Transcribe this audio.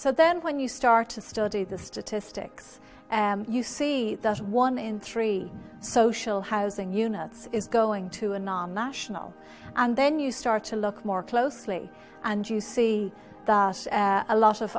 so then when you start to study the statistics you see that one in three social housing units is going to a non national and then you start to look more closely and you see a lot of